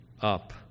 up